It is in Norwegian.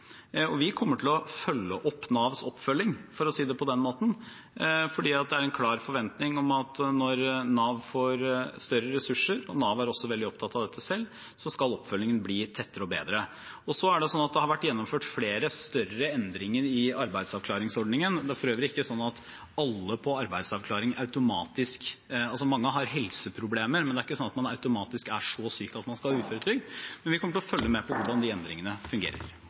Vi kommer til å følge opp Navs oppfølging, for å si det på den måten. Det er en klar forventning at når Nav får større ressurser, og Nav er også veldig opptatt av dette selv, skal oppfølgingen bli tettere og bedre. Det har vært gjennomført flere større endringer i arbeidsavklaringsordningen. Det er for øvrig ikke sånn at alle på arbeidsavklaringspenger – selv om mange har helseproblemer – automatisk er så syke at de skal ha uføretrygd, men vi kommer til å følge med på hvordan de endringene fungerer.